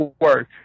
work